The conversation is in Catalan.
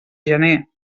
gener